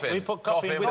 but we put koffin